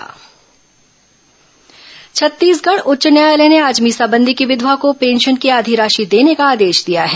high court मीसाबंदी छत्तीसगढ़ उच्च न्यायालय ने आज मीसाबंदी की विधवा को पेंशन की आधी राशि देने का आदेश दिया है